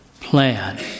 plan